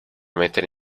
mettere